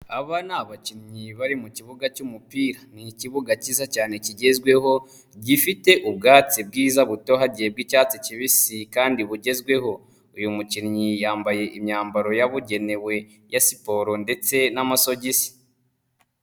Aba ni abakinnyi bari mu kibuga cy'umupira. Ni ikibuga kiza cyane kigezweho gifite ubwatsi bwiza butohagiye bw'icyatsi kibisi kandi bugezweho. Uyu mukinnyi yambaye imyambaro yabugenewe ya siporo ndetse n'amasogisi.